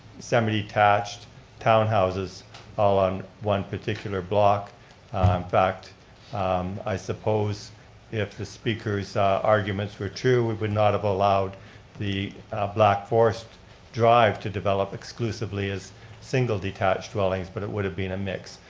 semi-detached townhouses all on one particular block. in fact i suppose if the speaker's arguments were true, we would not have allowed the black forest drive to develop exclusively as single-detached dwellings, but it would have been a mix.